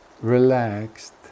relaxed